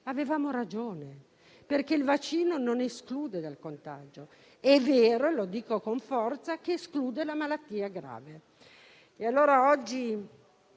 avevamo ragione perché il vaccino non esclude dal contagio. È vero, e lo dico con forza, che esclude la malattia grave.